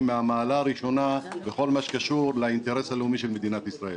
מהמעלה הראשונה בכל מה שקשור לאינטרס הלאומי של מדינת ישראל.